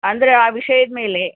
ಅಂದರೆ ಆ ವಿಷಯದ ಮೇಲೆ